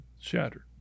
shattered